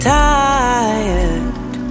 tired